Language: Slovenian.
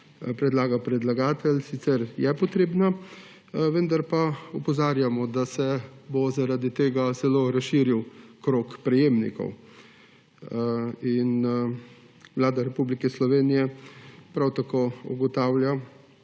predlaga predlagatelj, sicer je potrebna, vendar pa opozarjamo, da se bo zaradi tega zelo razširil krog prejemnikov. Vlada Republike Slovenije prav tako ugotavlja,